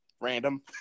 random